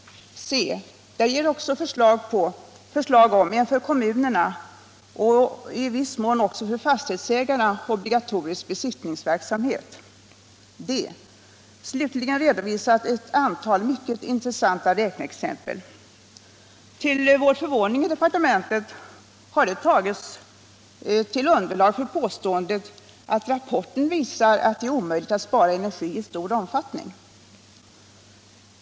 c) Där ges också förslag om en för kommunerna och i viss mån också för fastighetsägarna obligatorisk besiktningsverksamhet. d) Slutligen redovisas ett antal mycket intressanta räkneexempel. Till vår förvåning i departementet har de tagits till underlag för påståendet att rapporten visar att det är omöjligt att spara energi i stor omfattning.